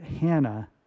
Hannah